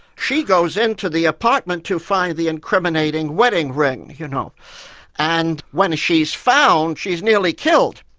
she goes into the apartment to find the incriminating wedding ring, you know and when she's found, she's nearly killed.